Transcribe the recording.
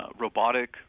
robotic